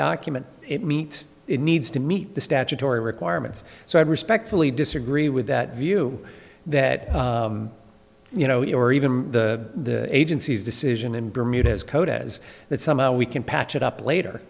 document it meets it needs to meet the statutory requirements so i respectfully disagree with that view that you know or even the agency's decision and bermudas codas that somehow we can patch it up later